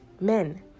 men